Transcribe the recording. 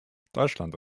deutschland